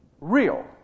real